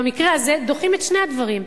במקרה הזה דוחים את שני הדברים.